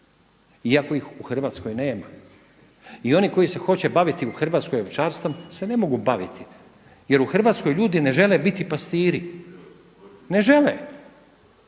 iako ih u Hrvatskoj nema. I oni koji se hoće baviti u Hrvatskoj ovčarstvom se ne mogu baviti jer u Hrvatskoj ljudi ne žele biti pastiri, ne žele. Radije